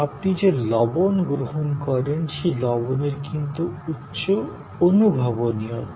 আপনি যে লবণ গ্রহণ করেন সেই লবণের কিন্তু উচ্চ অদৃশ্যতা